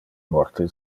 morte